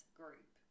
group